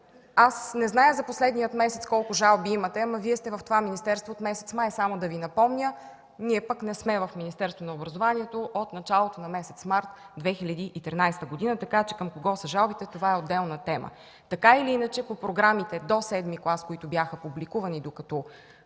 аз не зная за последния месец колко жалби имате, но Вие сте в това министерство от месец май. Само да Ви напомня, че ние не сме в Министерството на образованието отначалото на месец март 2013 г. Така че към кого са жалбите, това е отделна тема. По програмите до VІІ клас, които бяха публикувани, докато